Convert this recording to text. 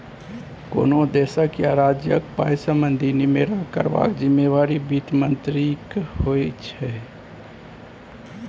कोनो देश या राज्यक पाइ संबंधी निमेरा करबाक जिम्मेबारी बित्त मंत्रीक होइ छै